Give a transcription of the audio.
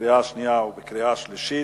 קריאה שנייה וקריאה שלישית.